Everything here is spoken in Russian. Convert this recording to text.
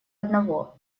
одного